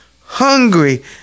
hungry